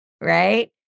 Right